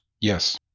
Yes